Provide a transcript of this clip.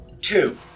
Two